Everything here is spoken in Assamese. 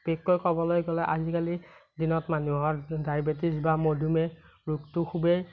বিশেষকৈ ক'বলৈ গ'লে আজিকালি দিনত মানুহৰ ডায়বেটিছ বা মধুমেহ ৰোগটো খুবেই